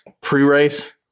pre-race